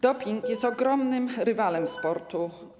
Doping jest ogromnym rywalem sportu.